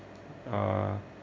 ah